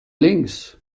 links